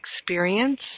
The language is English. experience